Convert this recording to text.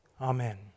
Amen